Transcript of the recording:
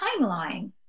timeline